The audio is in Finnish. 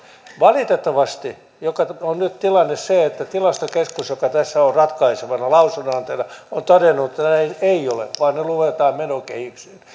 valitettavasti tilanne on nyt se että tilastokeskus joka tässä on ratkaisevana lausunnonantajana on todennut että näin ei ole vaan ne luetaan menokehyksiin